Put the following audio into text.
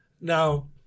Now